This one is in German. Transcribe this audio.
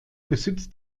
besitzt